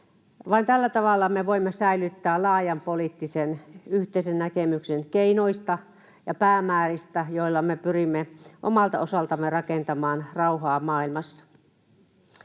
tällä tavalla me voimme säilyttää laajan poliittisen yhteisen näkemyksen keinoista ja päämääristä, joilla me pyrimme omalta osaltamme rakentamaan rauhaa maailmassa.